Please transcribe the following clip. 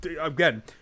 Again